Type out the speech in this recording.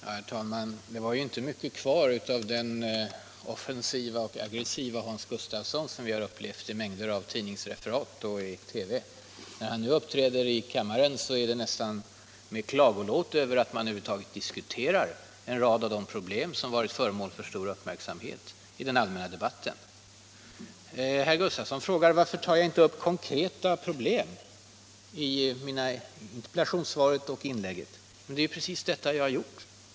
Herr talman! Det var inte mycket kvar av den offensive och aggressive Hans Gustafsson som vi upplevt i mängder av tidningsreferat och i TV. När han nu uppträder i kammaren är det nästan med klagolåt över att man över huvud taget diskuterar en rad av de problem som varit föremål för så stor uppmärksamhet i den allmänna debatten. Herr Gustafsson frågar varför jag inte tar upp konkreta problem i interpellationssvaret och inlägget. Men det är ju precis det jag har gjort.